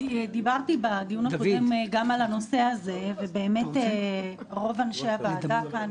דיברתי בדיון הקודם גם על הנושא הזה ובאמת רוב אנשי הוועדה כאן,